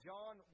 John